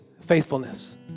faithfulness